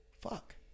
fuck